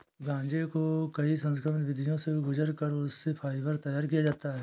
गांजे को कई संस्करण विधियों से गुजार कर उससे फाइबर तैयार किया जाता है